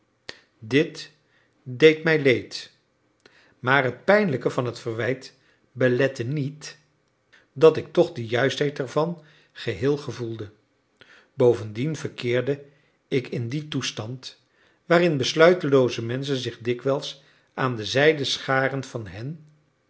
dit deed mij leed maar het pijnlijke van het verwijt belette niet dat ik toch de juistheid ervan geheel gevoelde bovendien verkeerde ik in dien toestand waarin besluitelooze menschen zich dikwijls aan de zijde scharen van hen